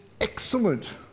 excellent